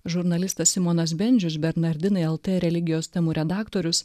žurnalistas simonas bendžius bernardinai lt religijos temų redaktorius